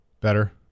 Better